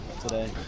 today